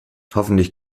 hoffentlich